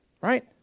right